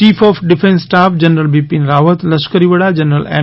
chief of defence staff general Bipin Rawat લશ્કરી વડા general એમ